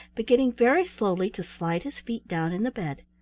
beginning very slowly to slide his feet down in the bed.